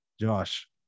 Josh